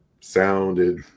sounded